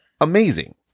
amazing